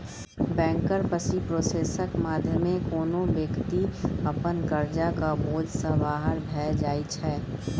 bankruptcy प्रोसेसक माध्यमे कोनो बेकती अपन करजाक बोझ सँ बाहर भए जाइ छै